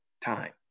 time